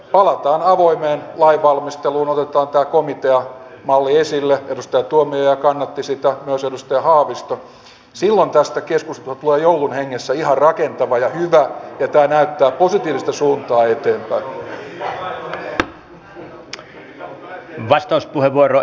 näiden yksittäisten korjausliikkeiden jälkeen jotka oli pakko tehdä heti keskeinen kysymys on kuinka paljon lisätalousarviossa pitää laittaa tähän jatkossa rahaa ja minkälaisilla kotouttamisohjelmilla me oikeasti menemme